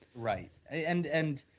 right. and, and,